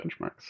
benchmarks